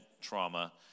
trauma